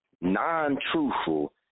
non-truthful